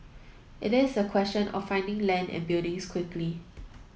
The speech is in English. it is a question of finding land and buildings quickly